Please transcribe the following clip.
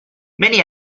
many